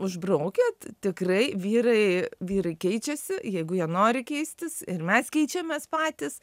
užbraukia tikrai vyrai vyrai keičiasi jeigu jie nori keistis ir mes keičiamės patys